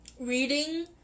reading